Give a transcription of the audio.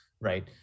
right